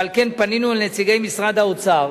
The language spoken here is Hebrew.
ועל כן פנינו אל נציגי משרד האוצר